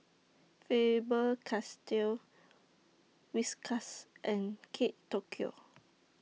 Faber Castell Whiskas and Kate Tokyo